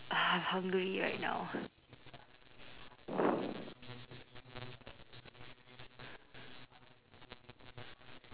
I'm hungry right now